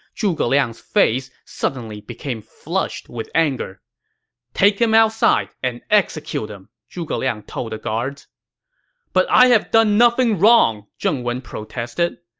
zhuge liang's face suddenly became flushed with anger take him outside and execute him! zhuge liang told the guards but i have done nothing wrong! zheng wen protested